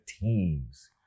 teams